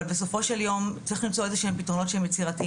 אבל בסופו של יום צריך למצוא איזה שהם פתרונות שהם יצירתיים.